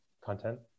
content